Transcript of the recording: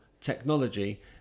technology